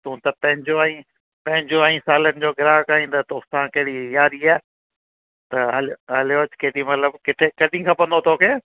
तूं त पंहिंजो आहीं पंहिंजो आहीं सालनि जो ग्राहक आहीं त तोसां कहिड़ी यारी आहे त हलियो हलियो अचु केॾीमहिल बि किथे कॾहिं खपंदो तोखे